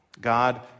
God